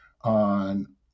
on